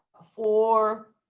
for